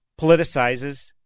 politicizes